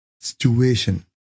situation